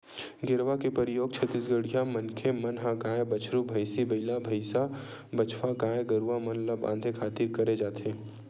गेरवा के परियोग छत्तीसगढ़िया मनखे मन ह गाय, बछरू, भंइसी, बइला, भइसा, बछवा गाय गरुवा मन ल बांधे खातिर करे जाथे